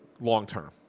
long-term